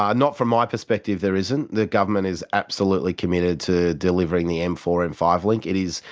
um not from my perspective, there isn't. the government is absolutely committed to delivering the m four m five link. it is,